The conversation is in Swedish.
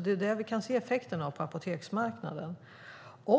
Det är det vi kan se effekten av på apoteksmarknaden.